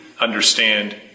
understand